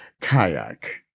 kayak